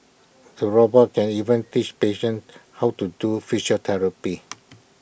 the robot can even teach patients how to do